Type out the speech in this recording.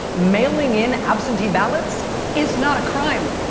mailing in absentee ballots is not a crime.